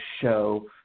show